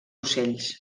ocells